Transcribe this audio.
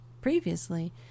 previously